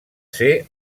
ser